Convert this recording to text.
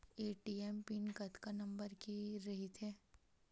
ATM pin कतका number के रही थे?